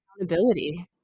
accountability